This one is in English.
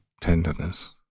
tenderness